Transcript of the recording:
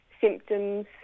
symptoms